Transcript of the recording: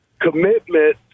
commitment